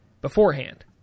beforehand